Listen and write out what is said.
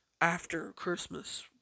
after-Christmas